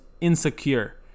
insecure